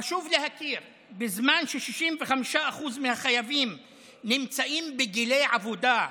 חשוב להכיר: בזמן ש-65% מהחייבים נמצאים בגילי עבודה,